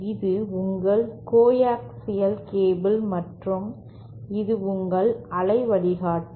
இது உங்கள் coaxial cable மற்றும் இது உங்கள் அலை வழிகாட்டி